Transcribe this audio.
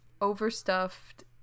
overstuffed